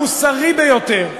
המוסרי ביותר,